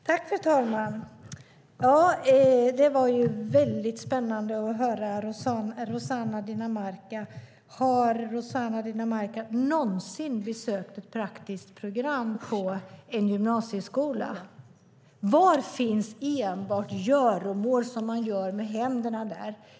Fru talman! Det var väldigt spännande att höra på Rossana Dinamarca. Har hon någonsin besökt ett praktiskt program på en gymnasieskola? Var finns göromål som man enbart gör med händerna där?